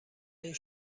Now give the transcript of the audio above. این